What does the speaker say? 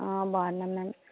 బాగున్నాను మ్యామ్